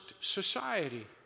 society